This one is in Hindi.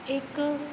एक